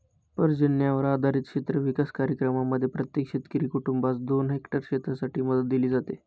पर्जन्यावर आधारित क्षेत्र विकास कार्यक्रमांमध्ये प्रत्येक शेतकरी कुटुंबास दोन हेक्टर शेतीसाठी मदत दिली जाते